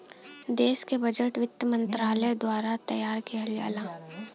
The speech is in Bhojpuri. देश क बजट वित्त मंत्रालय द्वारा तैयार किहल जाला